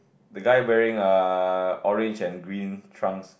the guy wearing err orange and green trunks